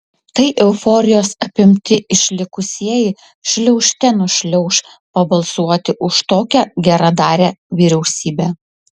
tai euforijos apimti išlikusieji šliaužte nušliauš pabalsuoti už tokią geradarę vyriausybę